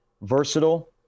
versatile